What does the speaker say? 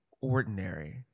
ordinary